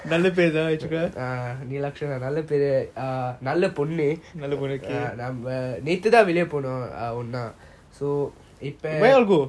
நல்ல பெரு தான் வெச்சி இருக்க நல்ல பொண்ணு:nalla peru thaan vechi iruka nalla ponnu okay where you all go